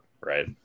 right